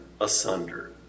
asunder